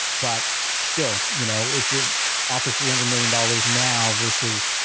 but still, you know if you're offer three hundred million dollars now. versus,